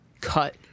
cut